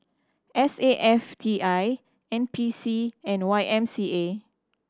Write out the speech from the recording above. S A F T I N P C and Y M C A